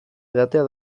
edatea